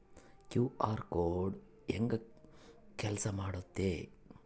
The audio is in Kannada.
ಕ್ಯೂ.ಆರ್ ಕೋಡ್ ಹೆಂಗ ಕೆಲಸ ಮಾಡುತ್ತೆ?